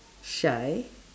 shy